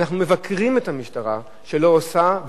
אנחנו מבקרים את המשטרה שלא עושה,